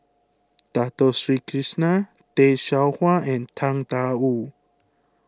Dato Sri Krishna Tay Seow Huah and Tang Da Wu